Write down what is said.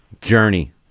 Journey